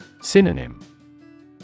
Synonym